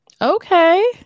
Okay